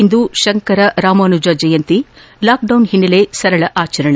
ಇಂದು Shankara Ramanuja Jayanti lockdown ಹಿನ್ನೆಲೆ ಸರಳ ಆಚರಣೆ